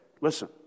Listen